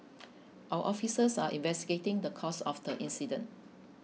our officers are investigating the cause of the incident